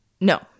No